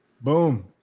boom